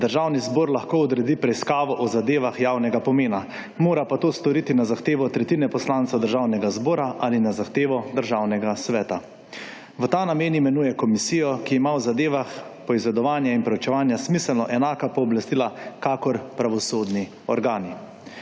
»Državni zbor lahko odredi preiskavo o zadevah javnega pomena, mora pa to storiti na zahtevo tretjine poslancev Državnega zbora ali na zahtevo Državnega sveta. V ta namen imenuje komisijo, ki ima o zadevah poizvedovanja in preučevanja smiselno enaka pooblastila kakor pravosodni organi«.